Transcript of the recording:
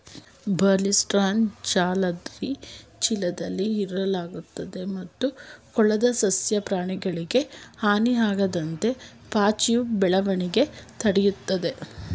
ಬಾರ್ಲಿಸ್ಟ್ರಾನ ಜಾಲರಿ ಚೀಲದಲ್ಲಿ ಇರಿಸಲಾಗ್ತದೆ ಮತ್ತು ಕೊಳದ ಸಸ್ಯ ಪ್ರಾಣಿಗಳಿಗೆ ಹಾನಿಯಾಗದಂತೆ ಪಾಚಿಯ ಬೆಳವಣಿಗೆ ತಡಿತದೆ